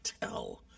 tell